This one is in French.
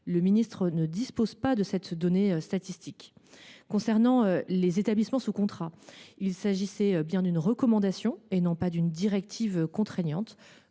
Le ministère ne dispose pas d’une telle donnée statistique. Pour les établissements sous contrat, il s’agissait bien d’une recommandation, et non pas d’une directive contraignante.